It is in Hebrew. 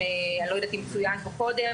אני לא יודעת אם צוין פה קודם,